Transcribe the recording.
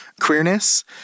queerness